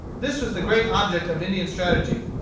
this was the great object of indian strategy.